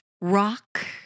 rock